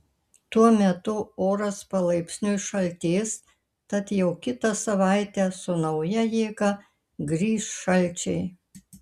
tuo metu oras palaipsniui šaltės tad jau kitą savaitę su nauja jėga grįš šalčiai